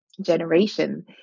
generation